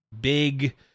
big